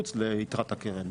מחוץ ליתרת הקרן.